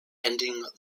ending